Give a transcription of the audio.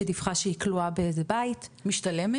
שדיווחה שהיא כלואה באיזה בית -- משתלמת?